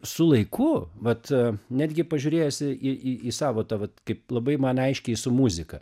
su laiku vat netgi pažiūrėjęs į į į savo tą va kaip labai man aiškiai su muzika